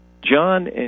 John